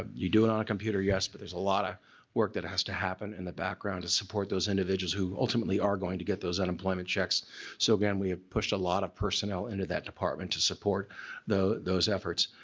ah you do it on a computer. yes but there's a lot of work that has to happen in the background to support those individuals who ultimately are going to get those unemployment checks so again we have pushed a lot of personnel into that department to support those efforts.